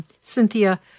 Cynthia